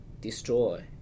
destroy